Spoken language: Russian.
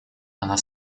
она